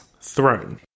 throne